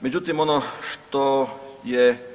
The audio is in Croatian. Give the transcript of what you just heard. Međutim, ono što je